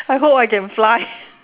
I hope I can fly